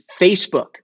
Facebook